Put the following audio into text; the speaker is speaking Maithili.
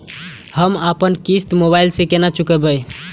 हम अपन किस्त मोबाइल से केना चूकेब?